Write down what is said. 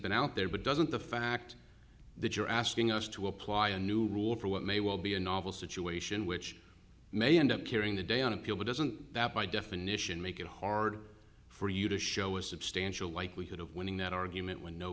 been out there but doesn't the fact that you're asking us to apply a new rule for what may well be a novel situation which may end up hearing today on appeal but doesn't that by definition make it hard for you to show a substantial likelihood of winning that argument w